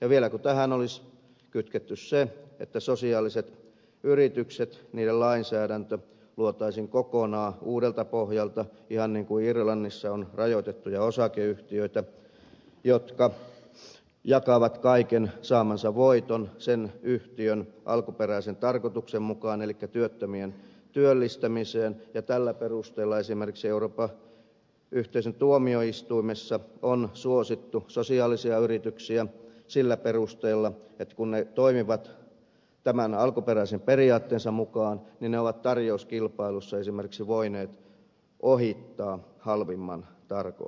ja vielä kun tähän olisi kytketty se että sosiaaliset yritykset niiden lainsäädäntö luotaisiin kokonaan uudelta pohjalta ihan niin kuin irlannissa on rajoitettuja osakeyhtiöitä jotka jakavat kaiken saamansa voiton sen yhtiön alkuperäisen tarkoituksen mukaan elikkä työttömien työllistämiseen ja tällä perusteella esimerkiksi euroopan yhteisön tuomioistuimessa on suosittu sosiaalisia yrityksiä sillä perusteella että kun ne toimivat tämän alkuperäisen periaatteensa mukaan niin ne ovat tarjouskilpailussa esimerkiksi voineet ohittaa halvimman tarjouksen